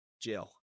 Jill